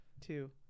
two